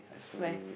where